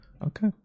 Okay